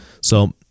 So-